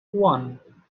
one